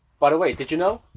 but way, did you know?